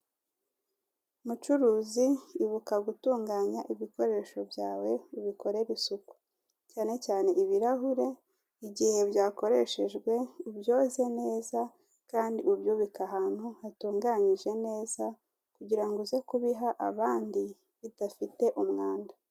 Mucuruzi, ibuka gutunganya ibikoresho byawe ubikorere isuku, cyanecyane ibirahure igihe byakoreshejwe ubyoze neza kandi ubyubike ahantu hatunganyije neza kugira ngo uze kubiha abandi bidafite umwanda.